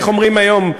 איך אומרים היום,